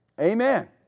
Amen